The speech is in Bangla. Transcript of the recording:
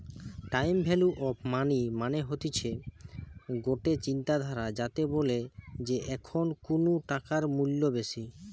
টাইম ভ্যালু অফ মানি মানে হতিছে গটে চিন্তাধারা যাকে বলে যে এখন কুনু টাকার মূল্য বেশি